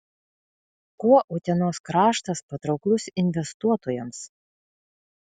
kuo utenos kraštas patrauklus investuotojams